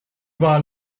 war